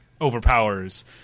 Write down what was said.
overpowers